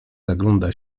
zagląda